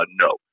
no